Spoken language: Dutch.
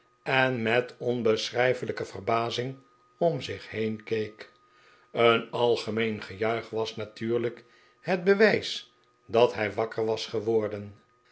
en met onbeschrijfelijke verbazing om zich heen keek een algemeen gejuich was natuurlijk het bewijs dat hij wakker was geworden